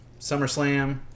SummerSlam